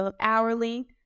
hourly